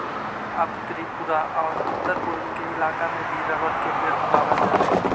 अब त्रिपुरा औउर उत्तरपूर्व के इलाका में भी रबर के पेड़ उगावल जा हई